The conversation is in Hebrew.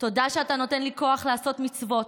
תודה על שאתה נותן לי כוח לעשות מצוות,